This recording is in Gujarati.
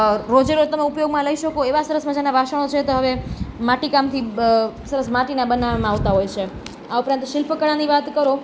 રોજે રોજ તમે ઉપયોગમાં લઈ શકો એવા સરસ મજાનાં વાસણો છે તો હવે માટી કામથી સરસ માટીના બનાવામાં આવતા હોય સે આ ઉપરાંત શિલ્પ કળાની વાત કરો